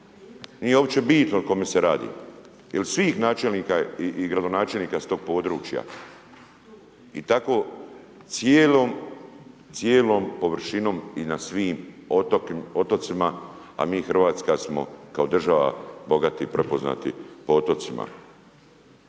nije uopće bitno o kome se radi jer svih načelnika i gradonačelnika s tog područja. I tako cijelom površinom i na svim otocima, a mi Hrvatska smo kao država bogati i prepoznati po otocima.